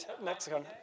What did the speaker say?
Mexico